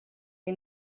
dei